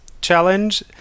challenge